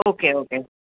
okay okay